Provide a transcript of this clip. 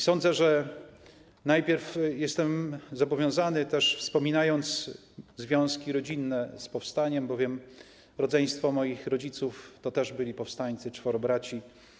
Sądzę, że najpierw jestem zobowiązany, wspominając związki rodzinne z powstaniem, bowiem rodzeństwo moich rodziców to też byli powstańcy, czworo braci.